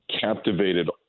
captivated